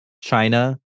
China